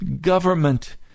government